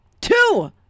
Two